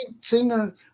singer